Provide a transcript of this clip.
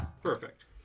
Perfect